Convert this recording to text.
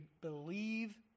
believe